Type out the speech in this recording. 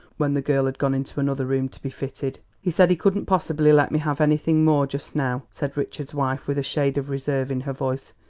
when the girl had gone into another room to be fitted. he said he couldn't possibly let me have anything more just now, said richard's wife with a shade of reserve in her voice.